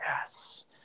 Yes